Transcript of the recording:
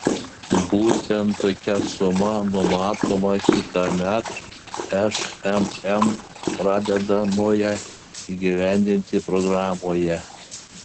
būtent tokia suma numatoma kitąmet šmm pradedamoje įgyvendinti programoje